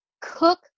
cook